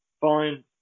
fine